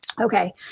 okay